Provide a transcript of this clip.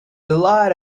delight